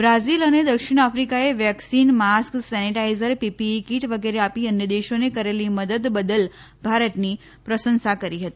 Brazil અને દક્ષિણ આફ્રિકાએ vaccine mask sanitiser PPE kit વગેરે આપી અન્ય દેશોને કરેલી મદદ બદલ ભારતની પ્રશંસા કરી હતી